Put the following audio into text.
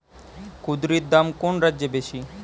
কুঁদরীর দাম কোন রাজ্যে বেশি?